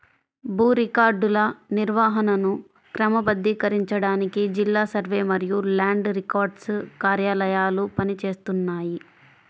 భూ రికార్డుల నిర్వహణను క్రమబద్ధీకరించడానికి జిల్లా సర్వే మరియు ల్యాండ్ రికార్డ్స్ కార్యాలయాలు పని చేస్తున్నాయి